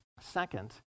Second